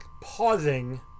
pausing